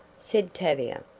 said tavia.